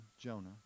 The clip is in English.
Jonah